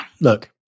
look